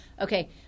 okay